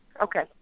Okay